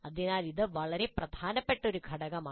അതിനാൽ ഇത് വളരെ പ്രധാനപ്പെട്ട ഒരു ഘട്ടമാണ്